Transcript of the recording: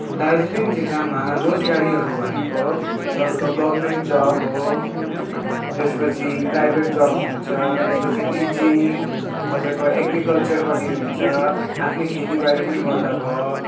दार्जिलिङ जिल्लामा रोजगारीहरू भनेको तपाईँको गभर्मेन्ट जब हो त्यसपछि प्राइभेट जब आउँछ त्यसपछि टिचिङ तपाईँको एग्रिकल्चरपट्टि हुन्छ आफ्नै खेतीबारी पनि गर्दा भयो